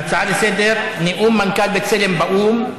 להצעות לסדר-היום בנושא: נאום מנכ"ל בצלם באו"ם,